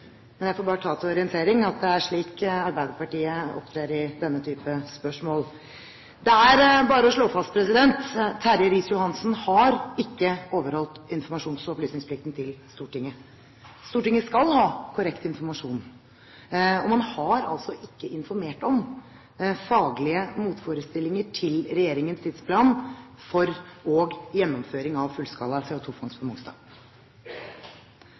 Men jeg får bare ta til orientering at det er slik Arbeiderpartiet opptrer i denne type spørsmål. Det er bare å slå fast: Terje Riis-Johansen har ikke overholdt informasjons- og opplysningsplikten overfor Stortinget. Stortinget skal ha korrekt informasjon, og man har altså ikke informert om faglige motforestillinger til regjeringens tidsplan for, og gjennomføring av, fullskala CO2-fangst på Mongstad.